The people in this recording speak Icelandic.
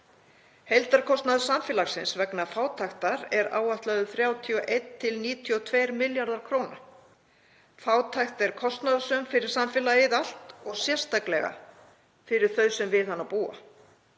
Heildarkostnaður samfélagsins vegna fátæktar er áætlaður 31–92 milljarðar kr. Fátækt er kostnaðarsöm fyrir samfélagið allt og sérstaklega fyrir þau sem við hana búa.